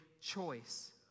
choice